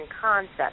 concept